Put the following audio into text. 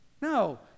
No